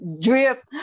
drip